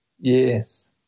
yes